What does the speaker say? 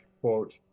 quote